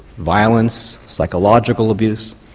violence, psychological abuse.